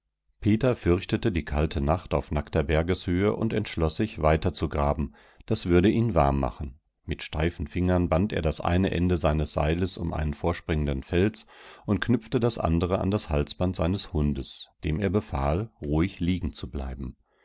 peter fürchtete die kalte nacht auf nackter bergeshöhe und entschloß sich weiterzugraben das würde ihm warm machen mit steifen fingern band er das eine ende seines seils um einen vorspringenden fels und knüpfte das andere an das halsband seines hundes dem er befahl ruhig liegenzubleiben